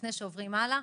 לפני שעוברים הלאה,